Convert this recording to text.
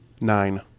Nine